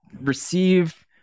receive